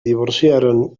divorciaron